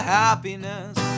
happiness